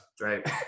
right